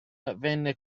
venne